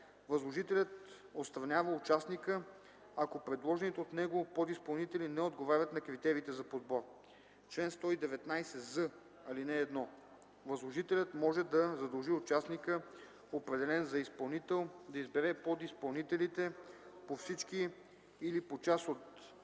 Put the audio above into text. Възложителят отстранява участника, ако предложените от него подизпълнители не отговарят на критериите за подбор. Чл. 119з. (1) Възложителят може да задължи участника, определен за изпълнител, да избере подизпълнителите по всички или по част от